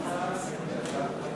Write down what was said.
הדוברת הבאה,